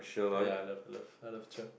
ya I love I love I love Cher